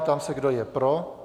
Ptám se, kdo je pro.